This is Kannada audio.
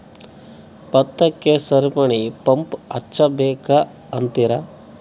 ಭತ್ತಕ್ಕ ಸರಪಣಿ ಪಂಪ್ ಹಚ್ಚಬೇಕ್ ಅಂತಿರಾ?